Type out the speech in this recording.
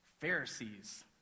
Pharisees